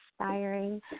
inspiring